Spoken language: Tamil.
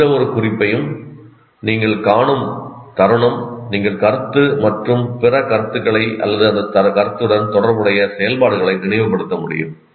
எந்தவொரு குறிப்பையும் நீங்கள் காணும் தருணம் நீங்கள் கருத்து மற்றும் பிற கருத்துக்களை அல்லது அந்த கருத்துடன் தொடர்புடைய செயல்பாடுகளை நினைவுபடுத்த முடியும்